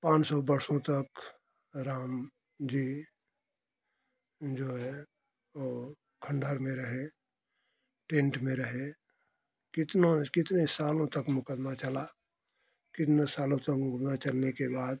पाँच सौ वर्षों तक राम जी जो है वो खंडहर में रहे टेंट में रहे कितना कितने सालों तक मुकदमा चला कितने सालों तक मुकदमा चलने के बाद